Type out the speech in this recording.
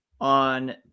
on